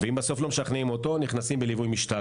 ואם לא מצליחים לבסוף לשכנע אותו נכנסים בליווי משטרה